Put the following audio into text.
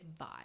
vibe